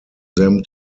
them